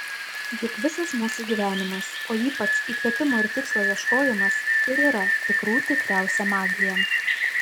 juk visas mūsų gyvenimas o ypač įkvėpimo ir tikslo ieškojimas ir yra tikrų tikriausia magija